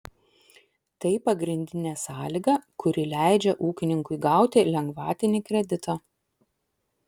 tai pagrindinė sąlyga kuri leidžia ūkininkui gauti lengvatinį kreditą